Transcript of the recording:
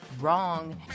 Wrong